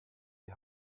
die